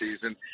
season